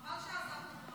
חבל שעזבת.